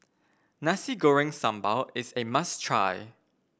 Nasi Goreng Sambal is a must try